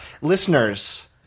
listeners